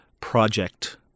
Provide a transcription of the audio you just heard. project